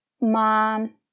mom